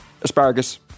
asparagus